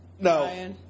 no